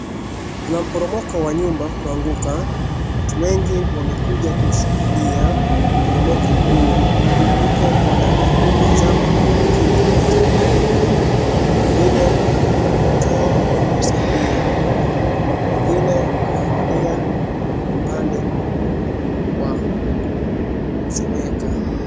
Kuna mporomoko wa nyumba kuanguka .Watu wengi wamekuja kushuhudia mporomoko huo. Huko wanatazama kwa makini kilichofanyika. Nyingine wanajaribu kutoa na kusaidia ,wengine wanangalia upande wa kuchomeka.